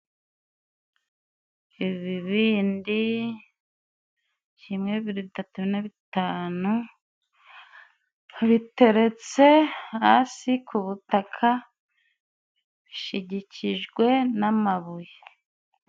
Ibibindi kimwe, bibiri, bitatu, bine, bitanu biteretse hasi ku butaka bishigikijwe n'amabuye.